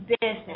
business